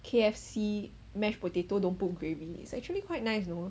K_F_C mashed potato don't put gravy is actually quite nice you know